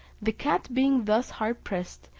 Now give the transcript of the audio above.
the cat, being thus hard pressed,